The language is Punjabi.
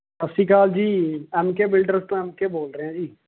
ਸਤਿ ਸ਼੍ਰੀ ਅਕਾਲ ਜੀ ਐੱਮ ਕੇ ਬਿਲਡਰਜ਼ ਤੋਂ ਐੱਮ ਕੇ ਬੋਲ ਰਿਹਾ ਜੀ